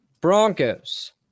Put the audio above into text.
Broncos